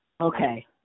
Okay